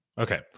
Okay